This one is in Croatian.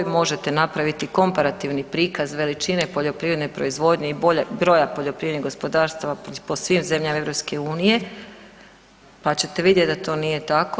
Možete napraviti komparativni prikaz veličine poljoprivredne proizvodnje i broja poljoprivrednih gospodarstava po svim zemljama EU pa ćete vidjeti da to nije tako.